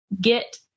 get